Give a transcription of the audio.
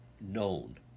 known